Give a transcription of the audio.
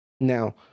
Now